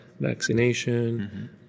vaccination